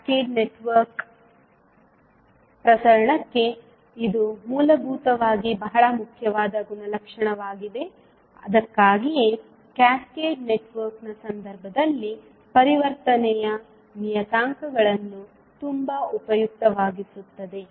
cascade network ಪ್ರಸರಣಕ್ಕೆ ಇದು ಮೂಲಭೂತವಾಗಿ ಬಹಳ ಮುಖ್ಯವಾದ ಗುಣಲಕ್ಷಣವಾಗಿದೆ ಅದಕ್ಕಾಗಿಯೇ ಕ್ಯಾಸ್ಕೇಡ್ ನೆಟ್ವರ್ಕ್ನ ಸಂದರ್ಭದಲ್ಲಿ ಪರಿವರ್ತನೆಯ ನಿಯತಾಂಕಗಳನ್ನು ತುಂಬಾ ಉಪಯುಕ್ತವಾಗಿಸುತ್ತದೆ